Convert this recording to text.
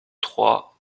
trois